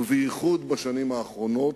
ובייחוד בשנים האחרונות,